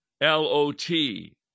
L-O-T